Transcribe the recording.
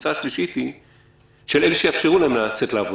והקבוצה השלישית היא של אלה שיאפשרו להם לצאת לעבודה,